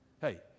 Hey